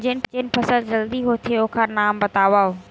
जेन फसल जल्दी होथे ओखर नाम बतावव?